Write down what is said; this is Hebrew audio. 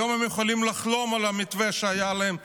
היום הם יכולים לחלום על המתווה שהיה להם,